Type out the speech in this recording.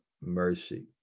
mercy